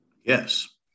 Yes